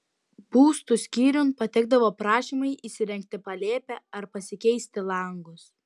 būstų skyriun patekdavo prašymai įsirengti palėpę ar pasikeisti langus